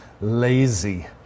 Lazy